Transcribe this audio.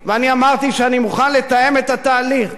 אני אמרתי שאני מוכן לתאם את התהליך,